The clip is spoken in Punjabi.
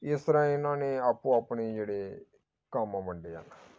ਇਸ ਤਰ੍ਹਾਂ ਇਹਨਾਂ ਨੇ ਆਪੋ ਆਪਣੇ ਜਿਹੜੇ ਕੰਮ ਆ ਉਹ ਵੰਡੇ ਆ